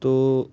তো